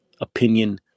opinion